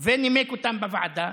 ונימק אותן בוועדה.